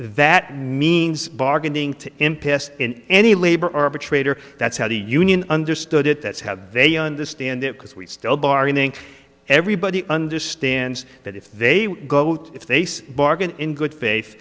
that means bargaining to impasse in any labor arbitrator that's how the union understood it that's how they understand it because we still bargaining everybody understands that if they go if they see bargain in good faith